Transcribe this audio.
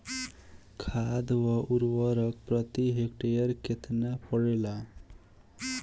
खाद व उर्वरक प्रति हेक्टेयर केतना परेला?